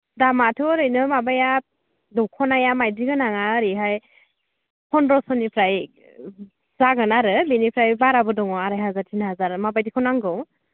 दामआथ' ओरैनो माबाया दखनाया माइदि गोनाङा ओरैहाय पन्द्रस'निफ्राय जागोन आरो बेनिफ्राय बाराबो दङ' आरे हाजार तिनि हाजार माबायदिखौ नांगौ